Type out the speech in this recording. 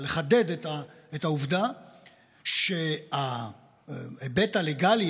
לחדד את העובדה שההיבט הלגאלי,